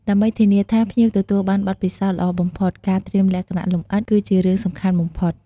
ដើម្បីធានាថាភ្ញៀវទទួលបានបទពិសោធន៍ល្អបំផុត ការត្រៀមលក្ខណៈលម្អិតគឺជារឿងសំខាន់បំផុត។